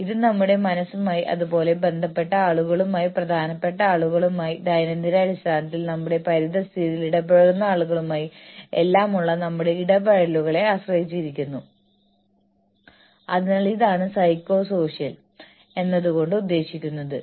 അതിനാൽ കൂടുതൽ ബുദ്ധിമുട്ടുള്ള തീരുമാനങ്ങൾ എടുക്കുന്ന ഓർഗനൈസേഷനിൽ ഉയർന്ന പങ്കാളിത്തമുള്ള കൂടുതൽ ഉത്തരവാദിത്തങ്ങൾ ഏറ്റെടുക്കുന്ന മുതിർന്ന എക്സിക്യൂട്ടീവുകൾക്ക് പ്രോത്സാഹനത്തിന്റെ മൂല്യം വർദ്ധിപ്പിക്കുന്നതിന് ദീർഘകാല പ്രോത്സാഹനങ്ങൾക്കായി ഞങ്ങൾ ആസൂത്രണം ചെയ്യേണ്ടതുണ്ട്